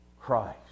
Christ